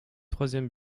troisième